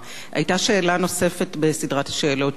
היתה שאלה נוספת בסדרת השאלות שלי,